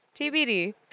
tbd